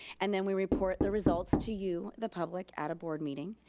and then we report the results to you, the public, at a board meeting.